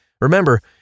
Remember